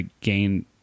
gain